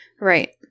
Right